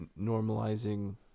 normalizing